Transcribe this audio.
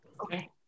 Okay